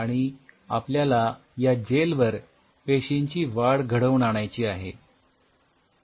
आणि आपल्याला या जेल वर पेशींची वाढ घडवून आणायची आहे